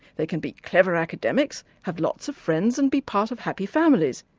they can be clever academics, have lots of friends and be part of happy families.